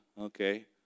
Okay